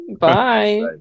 Bye